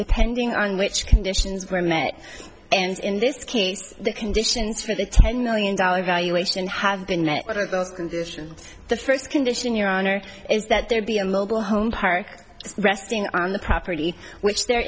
depending on which conditions were met and in this case the conditions for the ten million dollar valuation have been met one of those conditions the first condition your honor is that there be a mobile home park resting on the property which the